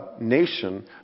nation